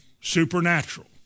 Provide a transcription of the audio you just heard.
supernatural